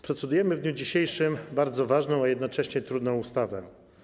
Procedujemy w dniu dzisiejszym nad bardzo ważną, a jednocześnie trudną ustawą.